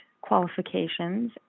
qualifications